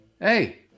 Hey